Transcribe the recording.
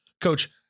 Coach